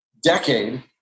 decade